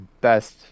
best